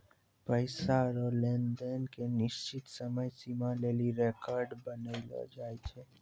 पैसा रो लेन देन के निश्चित समय सीमा लेली रेकर्ड बनैलो जाय छै